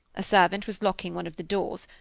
a servant was locking one of the doors,